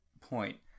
Point